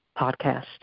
podcast